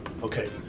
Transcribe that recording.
Okay